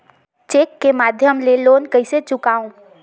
Cheque के माध्यम ले लोन कइसे चुकांव?